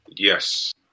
Yes